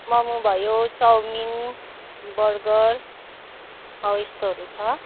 मोमो भयो chowmein burger हौ यस्तोहरू छ